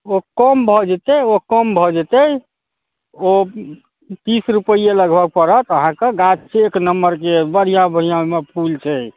ओ कम भऽ जयतै ओ कम भऽ जयतै ओ तीस रुपैये लगभग पड़त अहाँकेँ गाछ छै एक नम्बर जे बढ़िआँ बढ़िआँ ओहिमे फुल छै